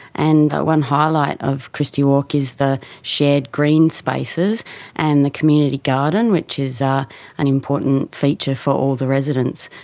and one highlight of christie walk is the shared green spaces and the community garden, which is an important feature for all the residents.